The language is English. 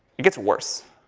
it gets worse,